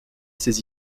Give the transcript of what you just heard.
ses